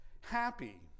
happy